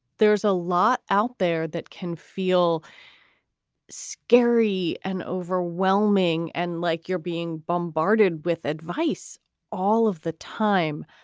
there's a lot out there that can feel scary and overwhelming and like you're being bombarded with advice all of the time.